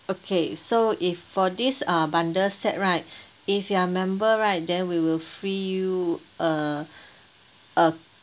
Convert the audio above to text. okay so if for this uh bundle set right if you are member right then we will free you a uh